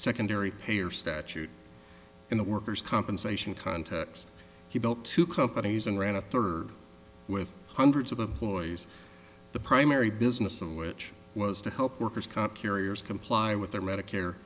secondary payers statute in the workers compensation context he built two companies and ran a third with hundreds of the ploys the primary business of which was to help workers comp carriers comply with their medicare